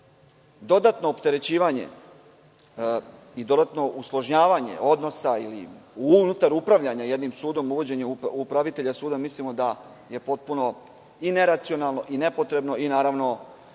dodatno opterećivanje i dodatno usložnjavanje odnosa unutar upravljanja jednim sudom, uvođenjem upravitelja suda, mislim da je potpuno neracionalno i nepotrebno i zahtevaće